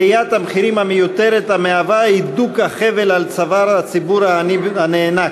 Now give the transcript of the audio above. עליית המחירים המיותרת המהווה הידוק החבל על צוואר הציבור העני הנאנק,